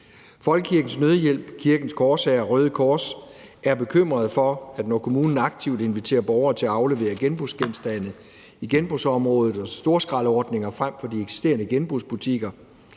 Folkekirkens Nødhjælp, Kirkens Korshær og Røde Kors er bekymrede over, at når kommunen aktivt inviterer borgerne til at aflevere genbrugsgenstande på genbrugsområdet og i storskraldsordninger frem for i de eksisterende genbrugsbutikker,